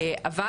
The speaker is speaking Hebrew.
אבל,